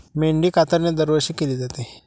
मेंढी कातरणे दरवर्षी केली जाते